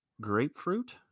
Grapefruit